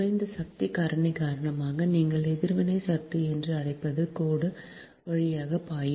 குறைந்த சக்தி காரணி காரணமாக நீங்கள் எதிர்வினை சக்தி என்று அழைப்பது கோடு வழியாக பாயும்